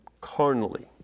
carnally